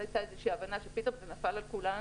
אז הייתה איזה הבנה שפתאום זה נפל על כולנו